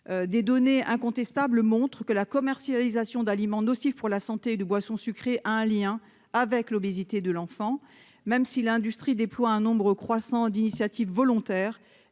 Des données incontestables montrent que la commercialisation d'aliments nocifs pour la santé et de boissons sucrées a un lien avec l'obésité de l'enfant. Même si l'industrie déploie un nombre croissant d'initiatives volontaires,